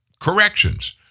corrections